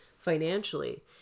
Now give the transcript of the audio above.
financially